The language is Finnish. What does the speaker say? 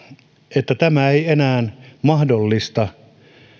että tämä ei enää mahdollista